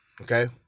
okay